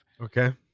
okay